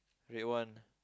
red one